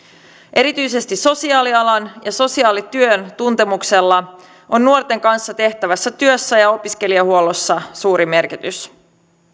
erityisesti sosiaalialan ja sosiaalityön tuntemuksella on nuorten kanssa tehtävässä työssä ja opiskelijahuollossa suuri merkitys